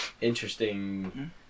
interesting